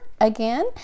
Again